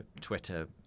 twitter